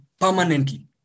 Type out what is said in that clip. permanently